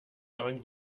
dran